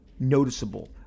noticeable